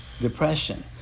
depression